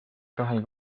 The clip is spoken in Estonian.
kahel